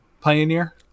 Pioneer